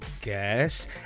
guess